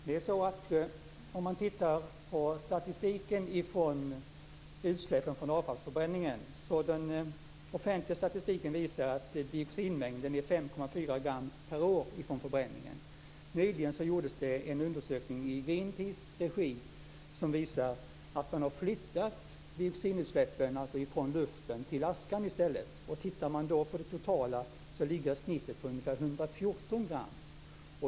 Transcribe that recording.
Herr talman! Den offentliga statistiken på utsläppen från avfallsförbränningen visar att dioxinmängden är 5,4 gram per år från förbränningen. Nyligen gjordes en undersökning i Green Peace regi som visar att man har flyttat dioxinutsläppen från luften till askan. Om man tittar på det totala visar det sig att snittet ligger på ungefär 114 gram.